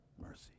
mercy